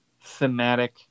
thematic